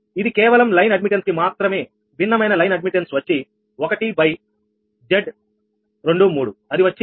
ఇది కేవలం line admittance కి మాత్రమే భిన్నమైన లైన్ అడ్మిట్టన్స్ వచ్చి 1 𝑍23 అది వచ్చి 10